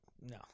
No